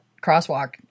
crosswalk